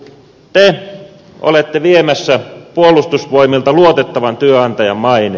te olette viemässä puolustusvoimilta luotettavan työnantajan maineen